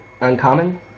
uncommon